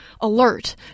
alert